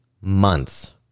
months